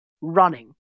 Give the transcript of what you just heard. running